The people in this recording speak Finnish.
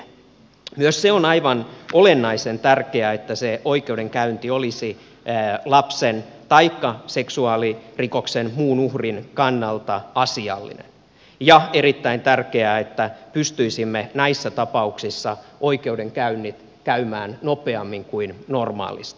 myös se on aivan olennaisen tärkeää että se oikeudenkäynti olisi lapsen taikka seksuaalirikoksen muun uhrin kannalta asiallinen ja erittäin tärkeää että pystyisimme näissä tapauksissa oikeudenkäynnit käymään nopeammin kuin normaalisti